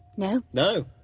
no? no!